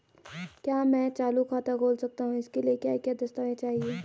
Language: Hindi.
क्या मैं चालू खाता खोल सकता हूँ इसके लिए क्या क्या दस्तावेज़ चाहिए?